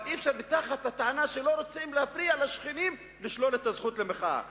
אבל אי-אפשר תחת הטענה שלא רוצים להפריע לשכנים לשלול את הזכות למחאה.